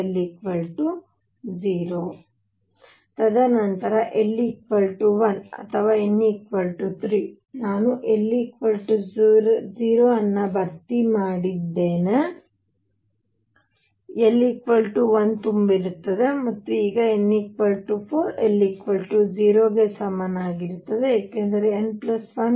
ತದನಂತರ l 1 ಅಥವಾ n 3 ನಾನು l 0 ಅನ್ನು ಭರ್ತಿ ಮಾಡುತ್ತೇನೆ l 1 ತುಂಬಿರುತ್ತದೆ ಮತ್ತು ಈಗ ನಾನು n 4 l 0 ಗೆ ಸಮನಾಗಿರುತ್ತದೆ ಏಕೆಂದರೆ n l 4 ಆಗಿದೆ